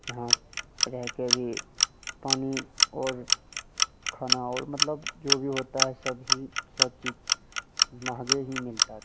यहाँ रहकर भी पानी और खाना और मतलब जो भी होता है सभी सब चीज़ महँगे ही मिलता था